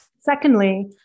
Secondly